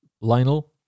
Lionel